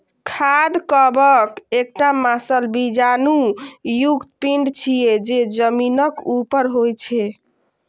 खाद्य कवक एकटा मांसल बीजाणु युक्त पिंड छियै, जे जमीनक ऊपर होइ छै